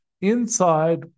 Inside